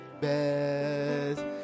best